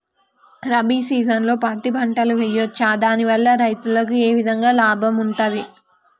రబీ సీజన్లో పత్తి పంటలు వేయచ్చా దాని వల్ల రైతులకు ఏ విధంగా లాభం ఉంటది?